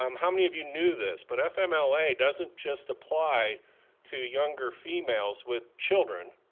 um how many of you knew this but fmla doesn't just apply to younger females with children,